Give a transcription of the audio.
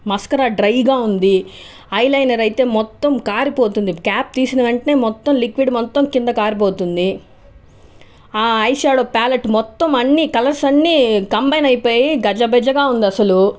mascara డ్రైగా ఉంది eyeliner అయితే మొత్తం కారిపోతుంది క్యాప్ తీసిన వెంటనే మొత్తం లిక్విడ్ మొత్తం కింద కారిపోతుంది ఆ ఐషాడో ప్యాలెట్ మొత్తం అన్ని కలర్స్ అన్ని కంబైన్ అయిపోయి గజిబిజగా ఉంది అసలు